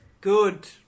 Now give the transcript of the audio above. Good